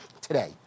today